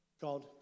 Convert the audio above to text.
God